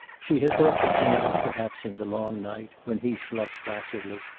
she had thought the thing out, perhaps in the long night when he slept placidly.